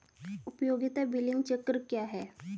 उपयोगिता बिलिंग चक्र क्या है?